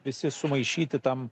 visi sumaišyti tam